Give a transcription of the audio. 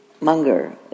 Munger